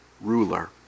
ruler